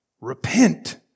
Repent